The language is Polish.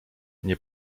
nie